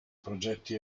progetti